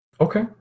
Okay